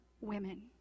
women